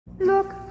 Look